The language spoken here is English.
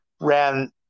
ran